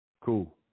cool